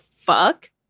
fuck